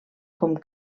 com